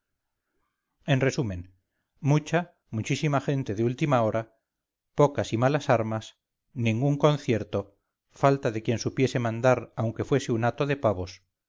en resumen mucha muchísima gente de última hora pocas y malas armas ningún concierto falta de quien supiese mandar aunque fuese un hato de pavos